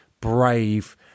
brave